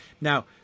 Now